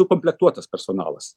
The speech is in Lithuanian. sukomplektuotas personalas